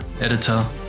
editor